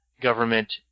government